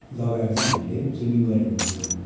लगाएर चाहिँ हामीले स्विमिङ गरेको हुँदैन